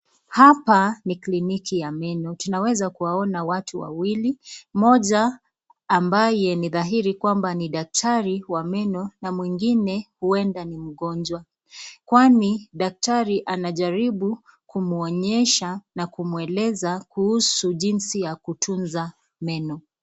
Hapa ni kliniki ya meno , tunaweza kuwaona watu wawili ,mmoja ambaye ni dhahiri kwamba ni daktari wa meno na mwingine huenda ni mgonjwa kwani daktari anajaribu kumuonyesha na kumueleza kuhusu jinsi ya kutunza meno.